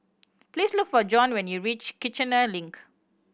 please look for Jon when you reach Kiichener Link